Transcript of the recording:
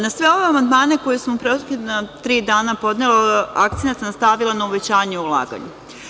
Na sve ove amandmane koje sam u prethodna tri dana podnela, akcenat sam stavila na uvećanje ulaganja.